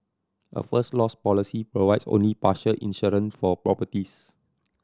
a First Loss policy provides only partial insurance for properties